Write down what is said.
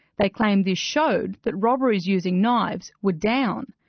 they claim this showed that robberies using knives were down,